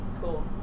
Cool